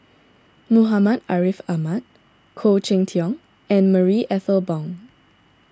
Muhammad Ariff Ahmad Khoo Cheng Tiong and Marie Ethel Bong